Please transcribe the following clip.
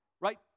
right